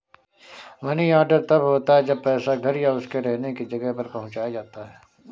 money order तब होता है जब पैसा घर या उसके रहने की जगह पर पहुंचाया जाता है